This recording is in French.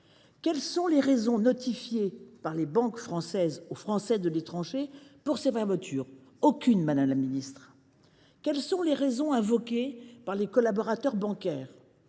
Quelles sont les raisons notifiées par les banques françaises aux Français de l’étranger pour ces fermetures ? Aucune, madame la secrétaire d’État ! Quelles sont les deux raisons invoquées par les collaborateurs bancaires ?